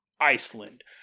Iceland